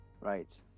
right